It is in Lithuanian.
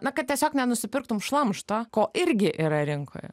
na kad tiesiog nenusipirktum šlamšto ko irgi yra rinkoj